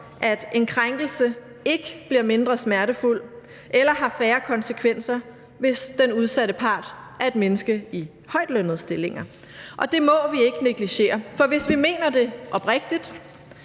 at en krænkelse ikke bliver mindre smertefuld eller har færre konsekvenser, hvis den udsatte part er et menneske i en højtlønnet stilling, og det må vi ikke negligere. For hvis vi mener det oprigtigt,